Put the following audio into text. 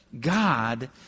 God